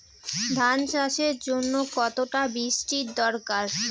ধান চাষের জন্য কতটা বৃষ্টির দরকার?